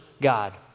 God